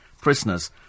prisoners